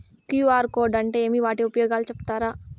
QR code అంటే ఏమి వాటి ఉపయోగాలు సెప్తారా?